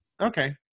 Okay